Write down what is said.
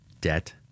debt